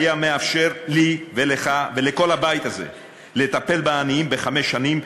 הוא היה מאפשר לי ולך ולכל הבית הזה לטפל בעניים בחמש שנים,